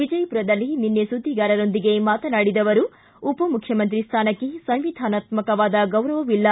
ವಿಜಯಪುರದಲ್ಲಿ ನಿನ್ನೆ ಸುದ್ದಿಗಾರರೊಂದಿಗೆ ಮಾತನಾಡಿದ ಅವರು ಉಪಮುಖ್ಯಮಂತ್ರಿ ಸ್ಥಾನಕ್ಕೆ ಸಂವಿಧಾನಾತ್ಮಕವಾದ ಗೌರವವಿಲ್ಲ